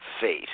fate